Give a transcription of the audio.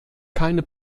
keine